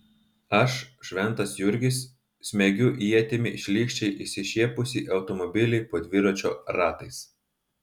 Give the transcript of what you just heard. aš šventas jurgis smeigiu ietimi šlykščiai išsišiepusį automobilį po dviračio ratais